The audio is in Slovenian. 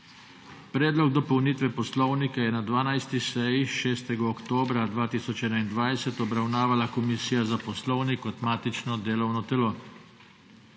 Predlog dopolnitve Poslovnika je na 12. seji 6. oktobra 2021 obravnavala Komisija za poslovnik kot matično delovno telo.